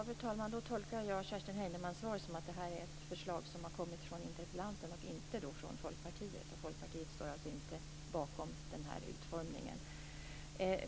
Fru talman! Då tolkar jag Kerstin Heinemanns svar som att det här är ett förslag som har kommit från interpellanten och inte från Folkpartiet och att Folkpartiet alltså inte står bakom den här utformningen.